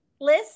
list